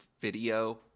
video